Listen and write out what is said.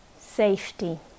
Safety